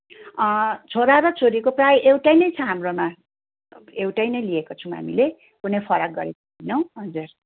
छोरा र छोरीको प्रायः एउटा नै छ हाम्रोमा एउटै नै लिएकोछौँ हामीले कुनै फरक गरेको छैनौँ हजुर